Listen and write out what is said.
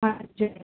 हजुर